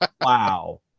Wow